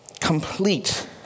complete